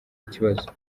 ikibazo